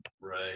Right